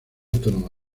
autónoma